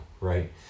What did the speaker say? right